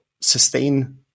sustain